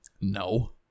no